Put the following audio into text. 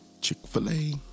Chick-fil-A